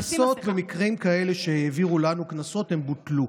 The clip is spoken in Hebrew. הקנסות, במקרים כאלה שהעבירו לנו קנסות, הם בוטלו.